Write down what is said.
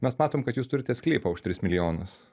mes matom kad jūs turite sklypą už tris milijonus